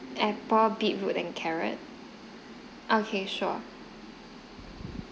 apple beetroot and carrot okay sure